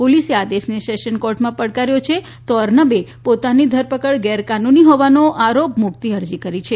પોલીસે આ આદેશને સેશન કોર્ટમાં પડકાર્યો છે તે અર્નબે પોતાની ધરપકડ ગેરકાનુની હોવાનો આરોપ મુકતી અરજી કરી છે